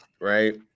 right